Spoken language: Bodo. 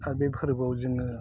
आरो बे फोरबोआव जोङो